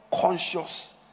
conscious